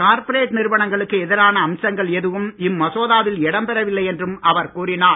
corporate நிறுவனங்களுக்கு எதிரான அம்சங்கள் எதுவும் இம்மசோதாவில் இடம்பெறவில்லை என்றும் அவர் கூறினார்